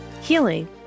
healing